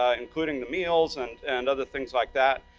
ah including the meals, and and other things like that.